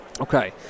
okay